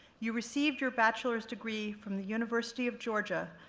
you received your bachelor's degree from the university of georgia,